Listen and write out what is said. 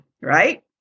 right